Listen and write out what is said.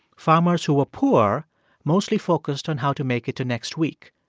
farmers who were poor mostly focused on how to make it to next week,